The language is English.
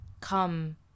come